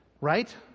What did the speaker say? right